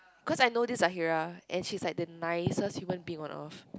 cause I know this Zahirah and she's like the nicest human being on earth